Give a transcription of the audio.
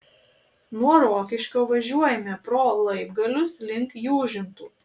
nuo rokiškio važiuojame pro laibgalius link jūžintų